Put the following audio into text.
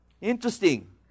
Interesting